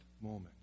moment